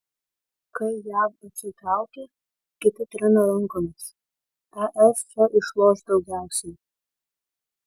kai jav atsitraukia kiti trina rankomis es čia išloš daugiausiai